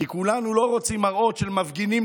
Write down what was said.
כי כולנו לא רוצים מראות של מפגינים,